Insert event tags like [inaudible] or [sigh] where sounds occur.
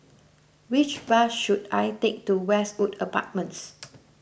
which bus should I take to Westwood Apartments [noise]